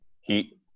Heat